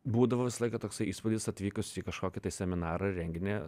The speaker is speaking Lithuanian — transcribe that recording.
būdavo visą laiką toksai įspūdis atvykus į kažkokį tai seminarą ar renginį